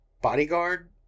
bodyguard